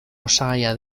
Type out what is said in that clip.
osagaia